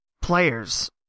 players